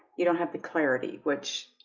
you don't have the clarity which?